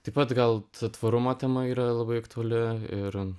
taip pat gal ta tvarumo tema yra labai aktuali ir